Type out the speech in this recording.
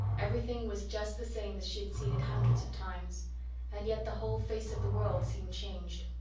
everything was just the same as she had seen it hundreds of times and yet the whole face of the world seemed changed.